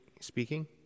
speaking